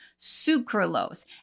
sucralose